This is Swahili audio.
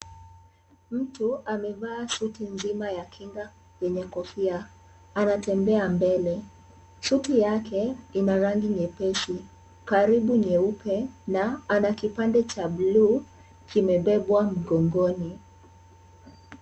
Mtu amevaa suti nzima ya kinga yenye kofia anatembea mbele. Suti yake ina rangi nyepesi karibu nyeupe na ana kipande cha blue kimebebwa mgongoni.